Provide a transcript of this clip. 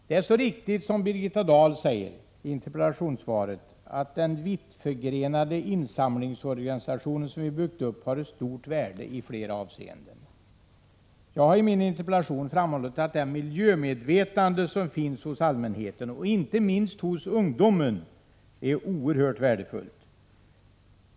Det är så riktigt som Birgitta Dahl säger i interpellationssvaret, att den vittförgrenade insamlingsorganisation som byggts upp i Sverige har ett stort värde i flera avseenden. Jag har i min interpellation framhållit att det miljömedvetande som finns hos allmänheten, och inte minst hos ungdomen, är oerhört värdefullt.